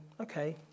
okay